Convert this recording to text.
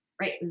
Right